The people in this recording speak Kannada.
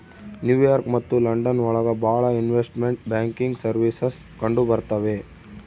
ನ್ಯೂ ಯಾರ್ಕ್ ಮತ್ತು ಲಂಡನ್ ಒಳಗ ಭಾಳ ಇನ್ವೆಸ್ಟ್ಮೆಂಟ್ ಬ್ಯಾಂಕಿಂಗ್ ಸರ್ವೀಸಸ್ ಕಂಡುಬರ್ತವೆ